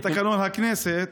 לפי תקנון הכנסת,